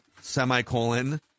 semicolon